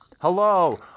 Hello